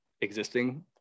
existing